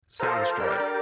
Soundstripe